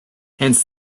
hence